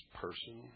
person